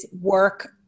work